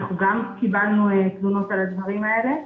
אנחנו גם קיבלנו תלונות על הדברים האלה,